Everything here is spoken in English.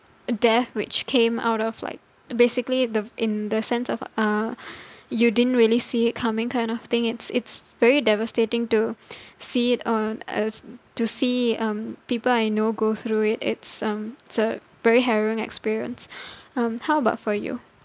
death which came out of like basically the in the sense of uh you didn't really see it coming kind of thing it's it's very devastating to see it uh as to see um people I know go through it's um it's a very harrowing experience um how about for you